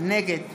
נגד